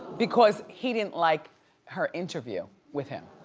because he didn't like her interview with him.